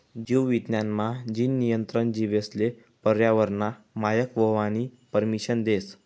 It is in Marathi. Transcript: जीव विज्ञान मा, जीन नियंत्रण जीवेसले पर्यावरनना मायक व्हवानी परमिसन देस